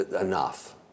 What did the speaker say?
enough